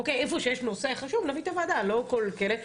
איפה שיש נושא חשוב, נביא את הוועדה, לא לכל כלא.